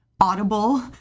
audible